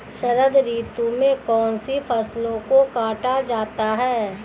शरद ऋतु में कौन सी फसलों को काटा जाता है?